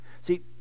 See